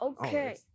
Okay